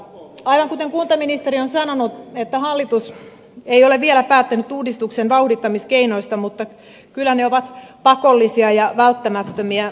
aivan kuten kuntaministeri on sanonut hallitus ei ole vielä päättänyt uudistuksen vauhdittamiskeinoista mutta kyllä ne ovat pakollisia ja välttämättömiä